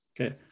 okay